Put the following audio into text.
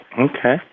Okay